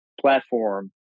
platform